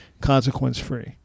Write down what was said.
consequence-free